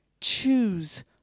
Choose